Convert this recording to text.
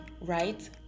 right